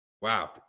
wow